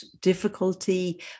difficulty